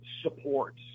supports